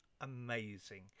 amazing